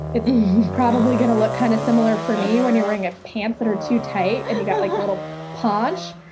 it's probably going to look kind of look similar, for me, when you're wearing ah pants that are too tight and you got like a little ponch.